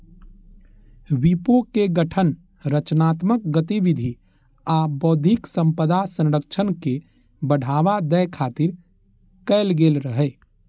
विपो के गठन रचनात्मक गतिविधि आ बौद्धिक संपदा संरक्षण के बढ़ावा दै खातिर कैल गेल रहै